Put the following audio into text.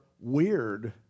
weird